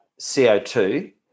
CO2